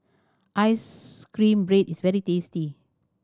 ice cream bread is very tasty